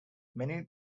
many